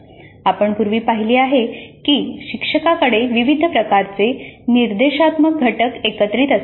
आपण पूर्वी पाहिले आहे की शिक्षकाकडे विविध प्रकारचे निर्देशात्मक घटक एकत्रित असतात